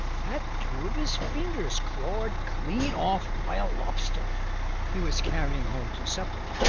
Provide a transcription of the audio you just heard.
had two of his fingers clawed clean off by a lobster he was carrying home to supper.